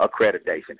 accreditation